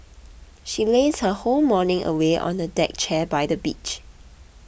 she lazed her whole morning away on the deck chair by the beach